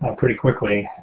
um pretty quickly.